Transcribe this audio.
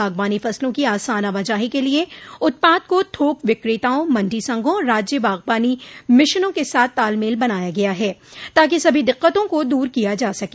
बागवानी फसलों की आसान आवाजाही के लिए उत्पाद को थोक विक्रेताओं मंडी संघों और राज्य बागवानी मिशनों के साथ तालमेल बनाया गया है ताकि सभी दिक्कतों को दूर किया जा सके